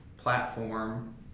platform